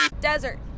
desert